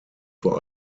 vor